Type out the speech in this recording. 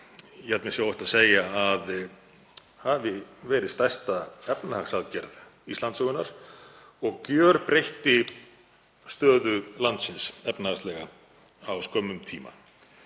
ég held að mér sé óhætt að segja að hafi verið stærsta efnahagsaðgerð Íslandssögunnar og gjörbreytti stöðu landsins efnahagslega á skömmum tíma.